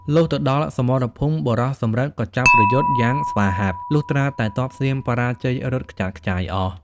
លុះទៅដល់សមរភូមិ បុរសសំរិទ្ធ ក៏ចាប់ប្រយុទ្ធយ៉ាងស្វាហាប់ លុះត្រាតែទ័ពសៀមបរាជ័យរត់ខ្ចាត់ខ្ចាយអស់ ។